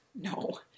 No